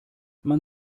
man